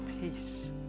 peace